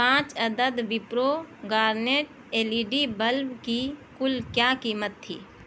پانچ عدد Wipro Garnet L E D bulb کی کل کیا قیمت تھی